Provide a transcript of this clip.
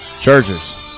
Chargers